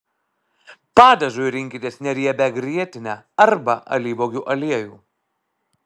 padažui rinkitės neriebią grietinę arba alyvuogių aliejų